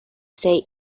say